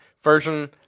version